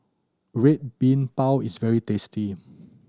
Red Bean Bao is very tasty